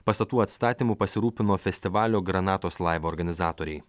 pastatų atstatymu pasirūpino festivalio granatos live organizatoriai